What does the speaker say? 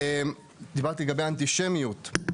דיברת לגבי האנטישמיות.